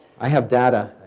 i have data.